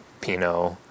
Pinot